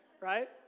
right